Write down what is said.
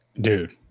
Dude